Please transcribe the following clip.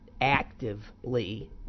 actively